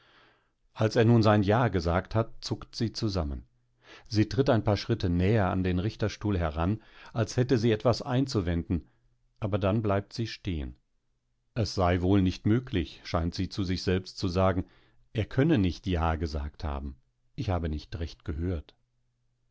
als er nun sein ja gesagt hat zuckt sie zusammen sie tritt ein paar schritte näher an den richterstuhl heran als hätte sie etwas einzuwenden aber dann bleibt sie stehen es sei wohl nicht möglich scheint sie zu sich selbst zu sagen er könne nicht ja gesagt haben ich habe nicht recht gehört